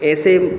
ऐसे